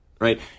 right